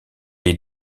les